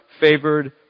favored